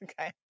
Okay